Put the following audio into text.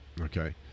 Okay